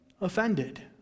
offended